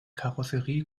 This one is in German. karosserie